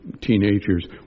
teenagers